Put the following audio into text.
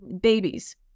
babies